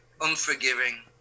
unforgiving